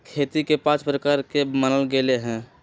खेती के पाँच प्रकार के मानल गैले है